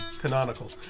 canonical